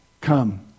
come